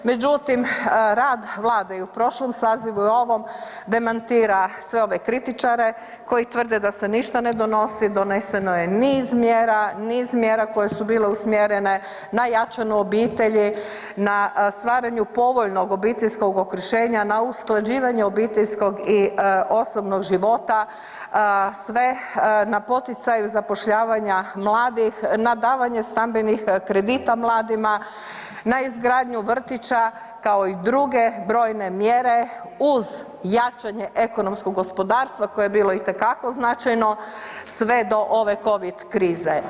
Međutim rad Vlade i u prošlom sazivu i u ovom, demantira sve ove kritičare koji tvrde da se ništa ne donosi, doneseno je niz mjera, niz mjera koje su bile usmjerene na jačanju obitelji, na stvaranju povoljnog obiteljskog okruženja, na usklađivanju obiteljskog i osobnog života, sve na poticaju zapošljavanja mladih, na davanju stambenih kredita mladima, na izgradnju vrtića kao i druge brojne mjere uz jačanje ekonomskog gospodarstva koje je bilo itekako značajno sve do ove COVID krize.